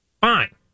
Fine